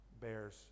bears